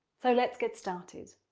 so let's get started.